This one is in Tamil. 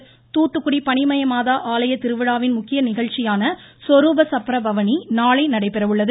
பனிமயமாதா தூத்துக்குடி பனிமயமாதா ஆலய திருவிழாவின் முக்கிய நிகழ்ச்சியான சொருப சப்பர பவனி நாளை நடைபெற உள்ளது